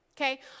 Okay